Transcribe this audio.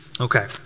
Okay